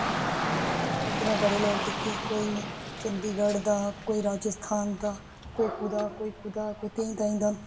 उत्थे में बडे़ लोक दिक्खे कोई चंदीगढ दा कोई राज्यस्थान दा कोई कुदे कोई कुदे कोई तांई तुआंई